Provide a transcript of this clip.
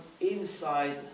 inside